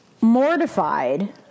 mortified